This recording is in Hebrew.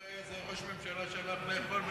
אני דווקא זוכר איזה ראש ממשלה שהלך לאכול בבתי-תמחוי,